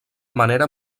manera